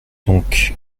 donc